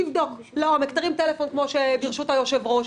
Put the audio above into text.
תבדוק לעומק, תרים טלפון, ברשות היושב-ראש.